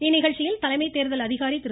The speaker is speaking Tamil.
இந்நிகழ்ச்சியில் தலைமை தேர்தல் அதிகாரி திரு